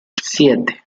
siete